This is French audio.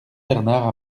bernard